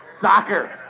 Soccer